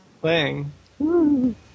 playing